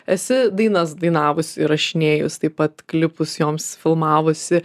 esi dainas dainavus įrašinėjus taip pat klipus joms filmavusi